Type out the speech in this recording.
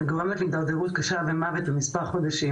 לא יהיה רופאים שיטפלו במוחות שלנו.